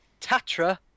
Tatra